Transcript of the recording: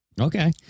Okay